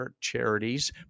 charities